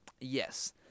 Yes